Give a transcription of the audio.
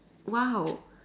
!wow!